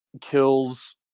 kills